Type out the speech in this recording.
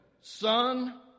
Son